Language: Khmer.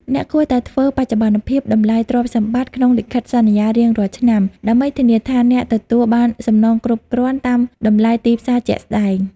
អ្នកគួរតែធ្វើបច្ចុប្បន្នភាព តម្លៃទ្រព្យសម្បត្តិ ក្នុងលិខិតសន្យារៀងរាល់ឆ្នាំ ដើម្បីធានាថាអ្នកទទួលបានសំណងគ្រប់គ្រាន់តាមតម្លៃទីផ្សារជាក់ស្ដែង។